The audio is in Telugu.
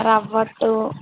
రవ్వట్టు